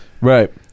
right